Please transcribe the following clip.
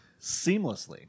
seamlessly